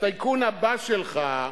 הטייקון הבא שלך,